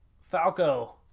Falco